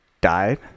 died